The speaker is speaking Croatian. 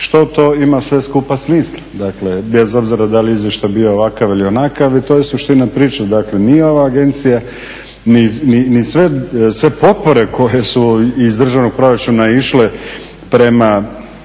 što to ima sve skupa smisla, bez obzira da li izvještaj bio onakav ili onakav i to je suština priče. Dakle ni ova agencija ni sve potpore koje su iz državnog proračuna išle prema